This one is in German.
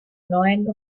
neuen